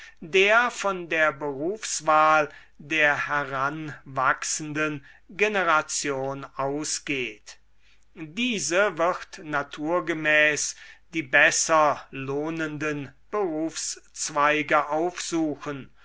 der von der berufswahl der heranwachsenden generation ausgeht diese wird naturgemäß die besser lohnenden berufszweige aufsuchen